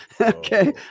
okay